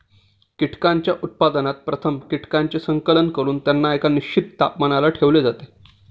कीटकांच्या उत्पादनात प्रथम कीटकांचे संकलन करून त्यांना एका निश्चित तापमानाला ठेवले जाते